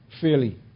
fairly